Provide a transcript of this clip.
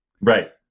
Right